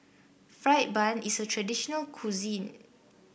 fried bun is a traditional cuisine